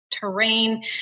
terrain